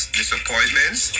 disappointments